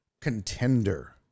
contender